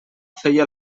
feia